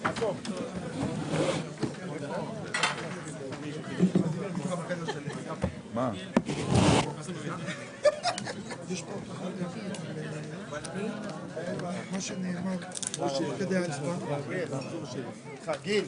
הישיבה ננעלה בשעה 13:40.